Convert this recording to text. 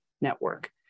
network